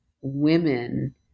women